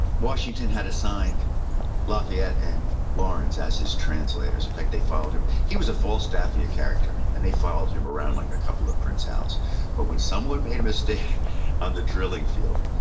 washington had assigned lafayette and lawrence as his translators. in fact, they followed him, he was a falstaffian character. and they followed him around like a couple of prince hal's but when someone made a mistake on the drilling field,